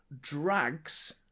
drags